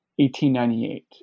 1898